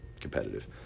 competitive